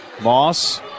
Moss